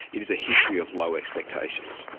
it is a history of low expectations.